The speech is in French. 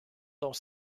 dont